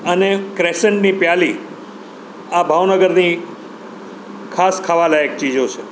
અને ક્રેસનની પ્યાલી આ ભાવનગરની ખાસ ખાવા લાયક ચીજો છે